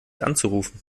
anzurufen